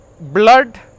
blood